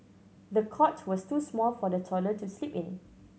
the cot was too small for the toddler to sleep in